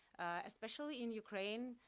especially in ukraine.